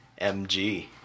MG